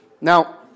Now